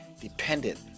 dependent